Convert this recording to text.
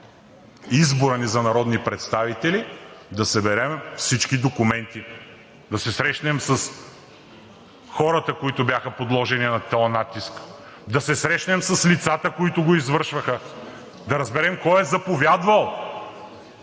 изборът ни за народни представители, да съберем всички документи, да се срещнем с хората, които бяха подложени на този натиск, да се срещнем с лицата, които го извършваха, да разберем кой е заповядвал,